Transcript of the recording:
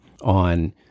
on